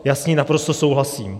Já s ní naprosto souhlasím.